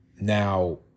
Now